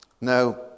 Now